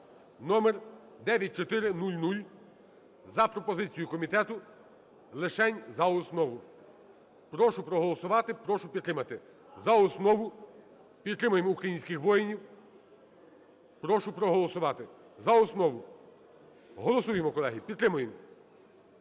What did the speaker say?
(№ 9400) за пропозицією комітету лишень за основу. Прошу проголосувати, прошу підтримати. За основу. Підтримаємо українських воїнів. Прошу проголосувати за основу. Голосуємо, колеги. Підтримуємо.